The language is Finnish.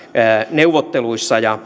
neuvotteluissa ja